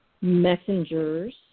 messengers